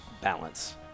balance